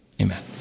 Amen